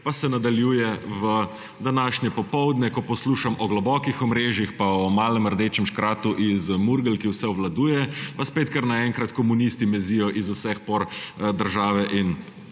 pa se nadaljuje v današnje popoldne, ko poslušam o globokih omrežjih pa o malem rdečem škratu iz Murgel, ki vse obvladuje pa spet kar na enkrat komunisti mezijo iz vseh por države in